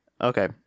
okay